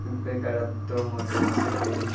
বেকারত্ব মুদ্রাস্ফিতী